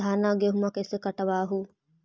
धाना, गेहुमा कैसे कटबा हू?